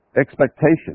expectation